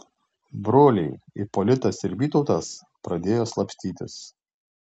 broliai ipolitas ir vytautas pradėjo slapstytis